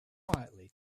quietly